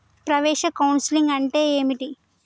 ప్రవేశ కౌన్సెలింగ్ అంటే ఏమిటి?